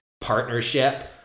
partnership